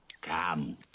Come